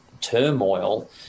turmoil